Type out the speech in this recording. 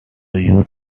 used